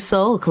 Soul